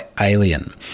alien